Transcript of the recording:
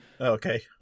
okay